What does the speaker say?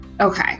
Okay